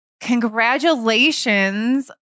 congratulations